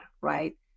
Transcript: right